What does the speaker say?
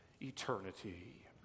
eternity